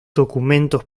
documentos